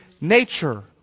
nature